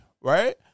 right